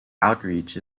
outreach